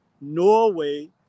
Norway